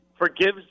forgives